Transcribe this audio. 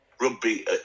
rugby